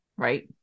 Right